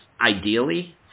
ideally